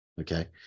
Okay